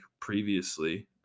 previously